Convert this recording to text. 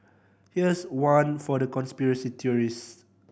here's one for the conspiracy theorists